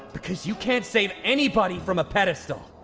because you can't save anybody from a pedestal.